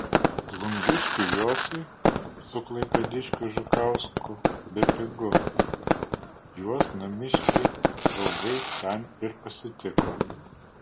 plungiškiui jociui su klaipėdiškiu žukausku bepigu juos namiškiai draugai ten ir pasitiko